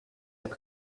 heb